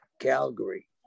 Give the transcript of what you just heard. Calgary